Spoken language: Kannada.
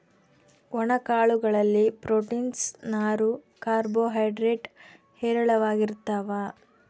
ಒಣ ಕಾಳು ಗಳಲ್ಲಿ ಪ್ರೋಟೀನ್ಸ್, ನಾರು, ಕಾರ್ಬೋ ಹೈಡ್ರೇಡ್ ಹೇರಳವಾಗಿರ್ತಾವ